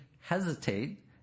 hesitate